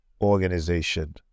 organization